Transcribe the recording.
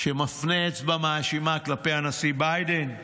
שמפנה אצבע מאשימה כלפי הנשיא ביידן.